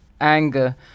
anger